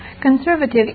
conservative